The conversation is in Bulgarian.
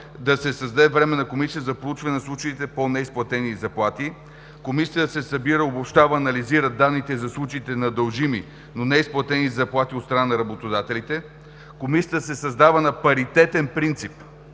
да се създаде Временна комисия за проучване на случаите на неизплатени заплати, която да събира, обобщава и анализира данните за случаите на дължими, но неизплатени заплати от страна на работодателите. Комисията се създава на паритетен принцип,